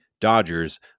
Dodgers